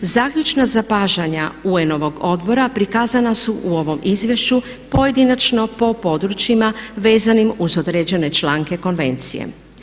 Zaključna zapažanja UN-ovog odbora prikazana su u ovom izvješću pojedinačno po područjima vezanim uz određene članke Konvencije.